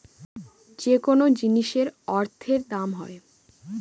যেকোনো জিনিসের অর্থের দাম হয়